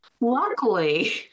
Luckily